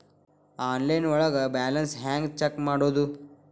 Online ಒಳಗೆ balance ಹ್ಯಾಂಗ check ಮಾಡೋದು?